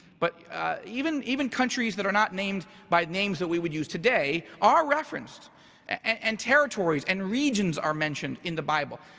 but even even countries that are not named by names that we would use today are referenced and territories and regions are mentioned in the bible.